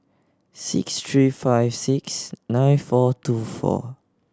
six three five six nine four two four